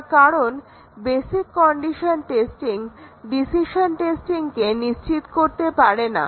তার কারণ basic condition testing decision টেস্টিংকে নিশ্চিত করতে পারে না